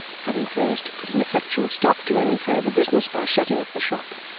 having first put an effectual stop to any further business by shutting up the shop.